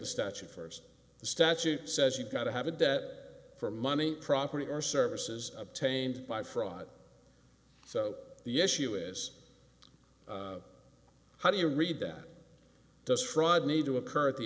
the statute first the statute says you got to have a debt for money property or services obtained by fraud so the issue is how do you read that does fraud need to occur at the